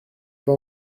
pas